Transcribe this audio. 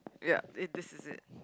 yep this is it